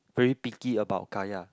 very picky about kaya